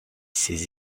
ses